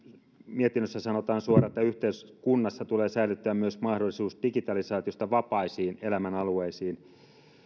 mietinnössä sanotaan suoraan yhteiskunnassa tulee säilyttää myös mahdollisuus digitalisaatiosta vapaisiin elämänalueisiin